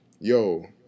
Yo